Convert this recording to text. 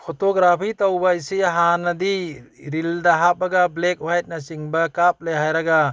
photography ꯇꯧꯕ ꯍꯥꯏꯁꯤ ꯍꯥꯟꯅꯗꯤ ꯔꯤꯜꯗ ꯍꯥꯞꯄꯒ ꯕ꯭ꯂꯦꯛ ꯍ꯭ꯋꯥꯏꯠꯅꯆꯤꯡꯕ ꯀꯥꯞꯂꯦ ꯍꯥꯏꯔꯒ